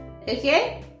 Okay